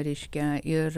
reiškia ir